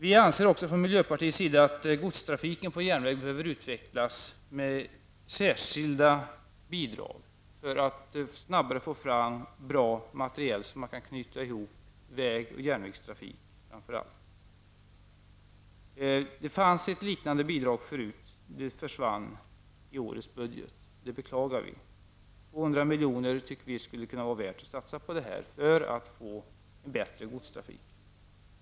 Vi i miljöpartiet anser också att godstrafiken på järnväg behöver utvecklas med särskilda bidrag så att man snabbare får fram bra materiel för att kunna knyta ihop framför allt väg och järnvägstrafik. Det fanns förut ett liknande bidrag, men det försvann i årets budget, och det beklagar vi. Vi anser att det kan vara värt att satsa 200 milj.kr. på detta för att få en bättre godstrafik.